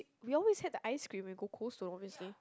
we always had the ice cream when we go Cold-Stone obviously